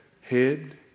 head